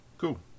cool